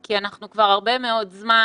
כי אנחנו כבר הרבה מאוד זמן